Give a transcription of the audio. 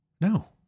No